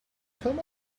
come